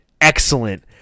excellent